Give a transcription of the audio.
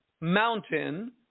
mountain